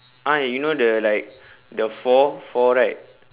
!huh! you know the like the four four right